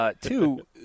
Two